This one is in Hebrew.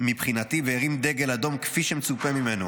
מבחינתי והרים דגל אדום כפי שמצופה ממנו.